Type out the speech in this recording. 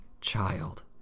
child